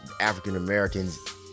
African-Americans